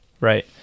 Right